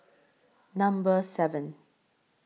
Number seven